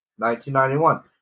1991